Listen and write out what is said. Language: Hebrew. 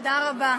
תודה רבה.